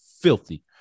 filthy